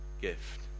gift